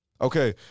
Okay